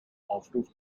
aufruf